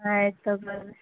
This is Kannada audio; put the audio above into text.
ಆಯ್ತು ತೊಗೋರಿ